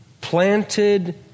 planted